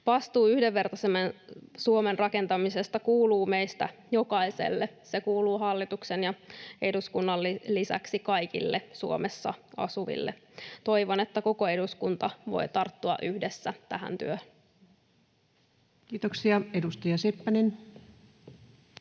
Vastuu yhdenvertaisemman Suomen rakentamisesta kuuluu meistä jokaiselle. Se kuuluu hallituksen ja eduskunnan lisäksi kaikille Suomessa asuville. Toivon, että koko eduskunta voi tarttua yhdessä tähän työhön. [Speech 304] Speaker: